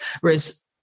whereas